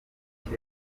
bike